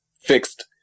fixed